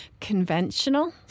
conventional